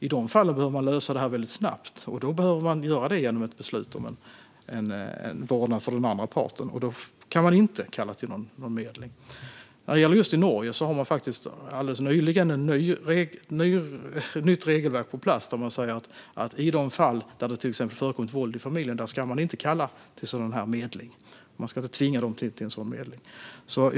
I de fallen behöver man lösa det här väldigt snabbt. Då behöver man göra det genom ett beslut om vårdnad för den andra parten. Då kan man inte kalla till någon medling. I Norge har de alldeles nyligen fått ett nytt regelverk på plats där det sägs att i de fall där det till exempel förekommit våld i familjen ska man inte kalla till sådan här medling. Man ska inte tvinga föräldrarna till det.